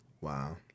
Wow